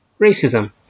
racism